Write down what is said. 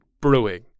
brewing